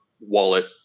wallet